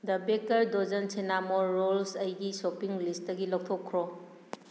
ꯗ baker dozen cinnamon rolls ꯑꯩꯒꯤ shopping ꯂꯤꯁꯇꯒꯤ ꯂꯧꯊꯣꯛꯈ꯭ꯔꯣ